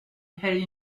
hell